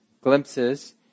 glimpses